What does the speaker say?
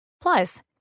Plus